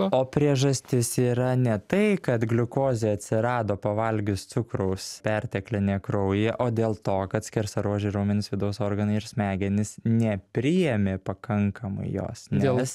o priežastis yra ne tai kad gliukozė atsirado pavalgius cukraus perteklinė kraujyje o dėl to kad skersaruožiai raumenys vidaus organai ir smegenys nepriėmė pakankamai jos nes